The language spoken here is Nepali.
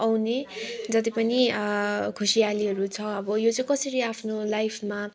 आउने जति पनि खुसीयालीहरू छ अब यो चाहिँ कसरी आफ्नो लाइफमा